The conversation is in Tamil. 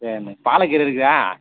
சரிண்ண பாலக்கீரை இருக்கா